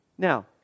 Now